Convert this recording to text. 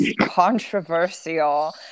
controversial